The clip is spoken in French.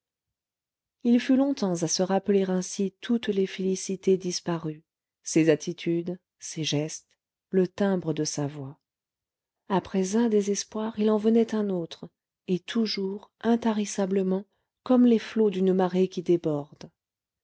il fut longtemps à se rappeler ainsi toutes les félicités disparues ses attitudes ses gestes le timbre de sa voix après un désespoir il en venait un autre et toujours intarissablement comme les flots d'une marée qui déborde